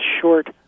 short